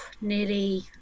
nearly